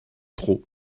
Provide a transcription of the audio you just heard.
trop